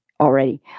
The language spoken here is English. Already